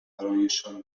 برایشان